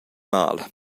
mal